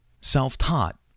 Self-taught